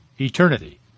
eternity